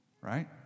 right